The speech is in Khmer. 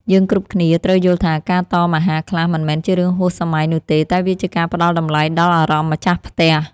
យើងគ្រប់គ្នាត្រូវយល់ថា ការតមអាហារខ្លះមិនមែនជារឿងហួសសម័យនោះទេតែវាជាការផ្តល់តម្លៃដល់អារម្មណ៍ម្ចាស់ផ្ទះ។